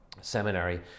seminary